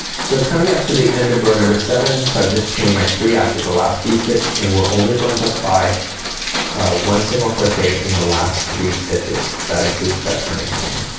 so i'm coming up to the end of row number seven. so i've just chained my three after the last v-stitch, and we're only going to apply ah one single crochet in the last three stitches, that includes that turning chain.